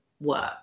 work